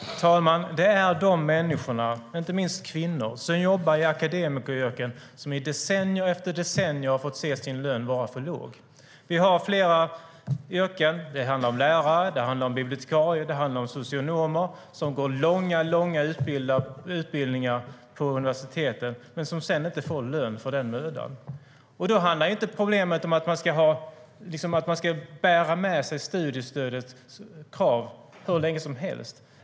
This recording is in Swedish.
Herr talman! Det är de, inte minst kvinnor, som jobbar i akademikeryrken och som decennium efter decennium har fått se sin lön vara för låg. Vi har flera yrken - lärare, bibliotekarier, socionomer - som går långa utbildningar på universitetet men sedan inte får lön för den mödan. Då är inte problemet att man ska bära med sig studiestödet hur länge som helst.